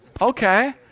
Okay